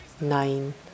nine